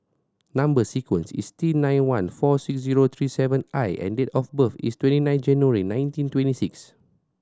number sequence is T nine one four six zero three seven I and date of birth is twenty nine January nineteen twenty six